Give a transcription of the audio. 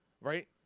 right